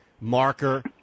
marker